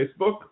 Facebook